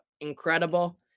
incredible